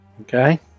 Okay